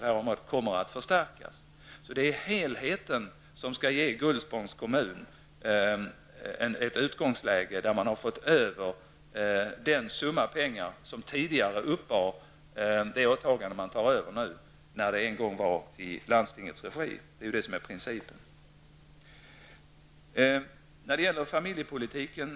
Det är alltså helheten som skall ge Gullspångs kommun ett utgångsläge, där man har fått över den summa pengar som tidigare uppbar det åtagande kommunen nu tar över. Detta är principen. Herr talman!